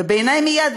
בעיני מייד,